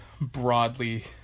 broadly